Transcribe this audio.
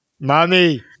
Mommy